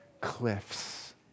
cliffs